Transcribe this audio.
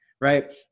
right